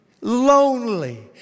lonely